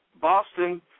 Boston